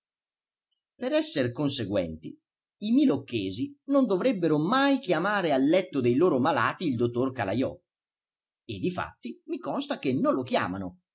per esser conseguenti i milocchesi non dovrebbero mai chiamare al letto dei loro malati il dottor calajò e difatti mi consta che non lo chiamano